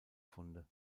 funde